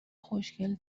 خوشگل